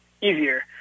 easier